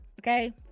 okay